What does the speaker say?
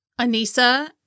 Anissa